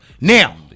Now